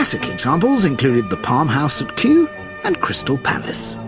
ah examples included the palm house at kew and crystal palace.